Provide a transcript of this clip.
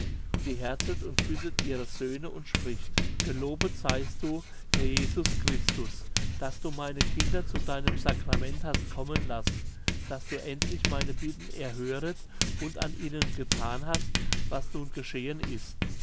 sie herzet und küsset ihre söhne und spricht gelobet seist du herr jesus christus daß du meine kinder zu deinem sacrament hast kommen lassen daß du endlich meine bitten erhöret und an ihnen gethan hast was nun geschehen ist